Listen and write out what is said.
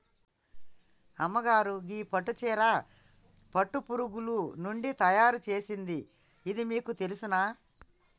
అమ్మగారు గీ పట్టు సీర పట్టు పురుగులు నుండి తయారు సేసింది ఇది మీకు తెలుసునా